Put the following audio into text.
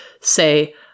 say